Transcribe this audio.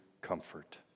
comfort